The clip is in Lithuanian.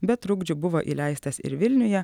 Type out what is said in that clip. be trukdžių buvo įleistas ir vilniuje